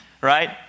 right